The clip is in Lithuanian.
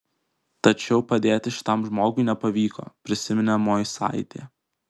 tačiau padėti šiam žmogui nepavyko prisiminė moisaitė